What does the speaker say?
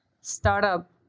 startup